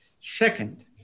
Second